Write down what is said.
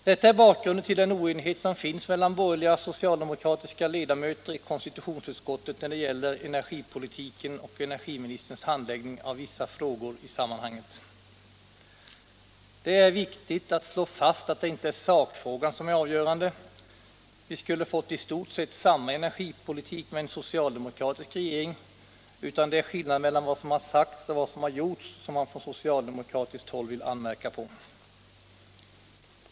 Detta är bakgrunden till den oenighet som finns mellan borgerliga och socialdemokratiska ledamöter i konstitutionsutskottet när det gäller energipolitiken och energiministerns handläggning av vissa frågor i sammanhanget. Det är viktigt att slå fast att det inte är sakfrågan som är avgörande — vi skulle ha fått i stort sett samma energipolitik med en socialdemokratisk regering — utan det är skillnaden mellan vad som har sagts och vad som har gjorts som man från socialdemokratiskt håll vill anmärka på.